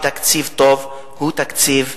שתקציב טוב הוא תקציב צודק.